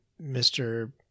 Mr